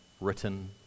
written